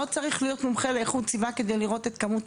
לא צריך להיות מומחה לאיכות סביבה כדי לראות את כמות